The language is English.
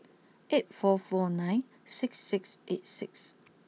eight four four nine six six eight six